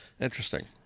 Interesting